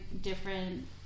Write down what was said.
different